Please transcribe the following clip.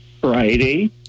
Friday